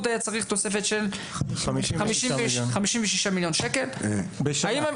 היה צריך תוספת של 56 מיליון שקל בשנה.